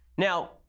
Now